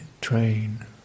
train